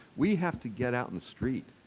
we have to get out in the street.